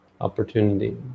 opportunity